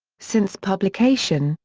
since publication,